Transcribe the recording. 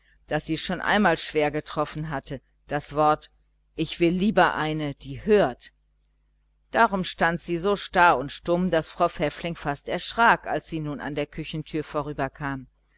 das sie schon einmal schwer getroffen hatte das wort ich will lieber eine die hört darum stand sie so starr und stumm daß frau pfäffling fast an ihr erschrak als sie nun an der küchentüre vorüber